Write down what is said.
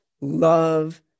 love